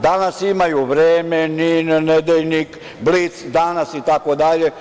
Danas imaju „Vreme“, NIN, „Nedeljnik“, „Blic“, „Danas“ itd.